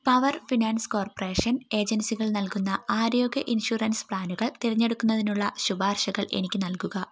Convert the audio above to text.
power finance corporation ഏജൻസികൾ നൽകുന്ന ആരോഗ്യ ഇൻഷുറൻസ് പ്ലാനുകൾ തിരഞ്ഞെടുക്കുന്നതിനുള്ള ശുപാർശകൾ എനിക്ക് നൽകുക